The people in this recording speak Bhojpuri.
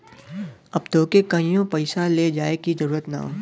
अब तोके कहींओ पइसवा ले जाए की जरूरत ना